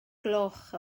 gloch